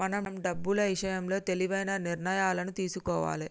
మనం డబ్బులు ఇషయంలో తెలివైన నిర్ణయాలను తీసుకోవాలే